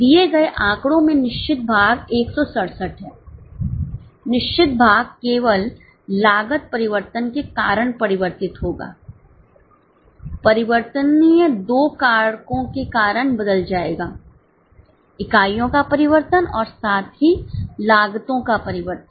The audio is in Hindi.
दिए गए आंकड़ों में निश्चित भाग 167 है निश्चित भाग केवल लागत परिवर्तन के कारण परिवर्तित होगा परिवर्तनीय दो कारकों के कारण बदल जाएगा इकाइयों का परिवर्तन और साथ ही लागतों का परिवर्तन